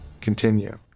continue